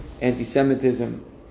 anti-Semitism